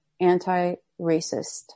anti-racist